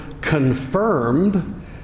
confirmed